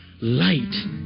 light